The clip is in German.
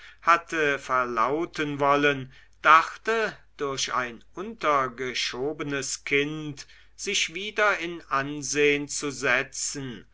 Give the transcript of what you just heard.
hatte verlauten wollen dachte durch ein untergeschobenes kind sich wieder in ansehn zu setzen